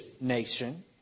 nation